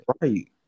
Right